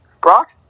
Brock